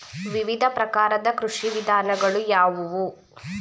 ವಿವಿಧ ಪ್ರಕಾರದ ಕೃಷಿ ವಿಧಾನಗಳು ಯಾವುವು?